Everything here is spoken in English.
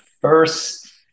first